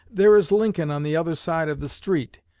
there is lincoln on the other side of the street!